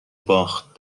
باخت